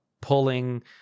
pulling